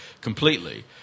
completely